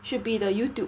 should be the youtube